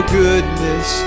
goodness